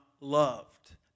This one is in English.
loved